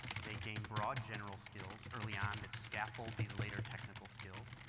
they gain broad general skills early on that scaffold these later technical skills.